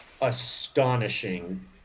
astonishing